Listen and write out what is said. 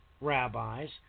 rabbis